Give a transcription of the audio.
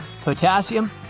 potassium